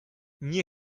nie